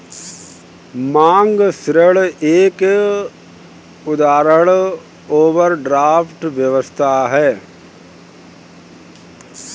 मांग ऋण का एक उदाहरण ओवरड्राफ्ट व्यवस्था है